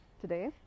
today